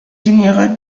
général